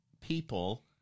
people